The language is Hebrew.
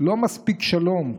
לא מספיק שלום,